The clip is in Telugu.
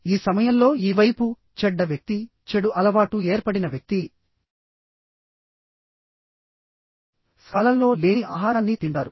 ఈ సమయంలో ఈ వైపు చెడ్డ వ్యక్తి చెడు అలవాటు ఏర్పడిన వ్యక్తి సకాలంలో లేని ఆహారాన్ని తింటారు